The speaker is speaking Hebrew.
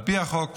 על פי החוק,